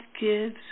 gives